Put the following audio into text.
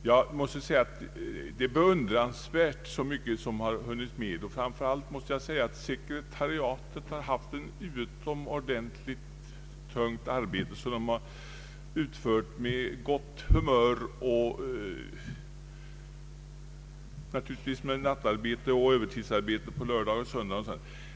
Jag vill bara säga att det är ett beundransvärt arbete med tanke på att så mycket har hunnits med och att sekretariatet haft en stor arbetsbelastning som klarats av med gott humör och naturligtvis med tillgripande av nattarbete och överstidsarbete och arbete under lördagar och söndagar.